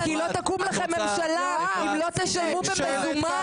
כי לא תקום לכם ממשלה אם לא תשלמו במזומן